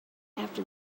after